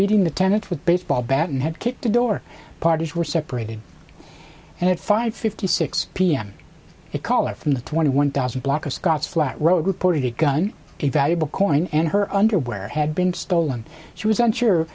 beating the tenants with a baseball bat and had kicked the door parties were separated and at five fifty six p m a caller from the twenty one thousand block of scotts flat wrote reported a gun a valuable coin and her underwear had been stolen she was unsure